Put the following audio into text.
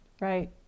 right